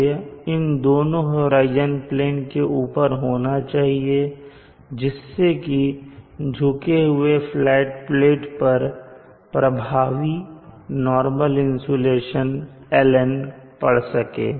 सूर्य इन दोनों horizon plane से ऊपर होना चाहिए जिससे कि झुके हुए फ्लैट प्लेट पर प्रभावी नॉर्मल इंसुलेशन LN पड सके